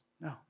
No